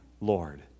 Lord